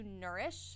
nourish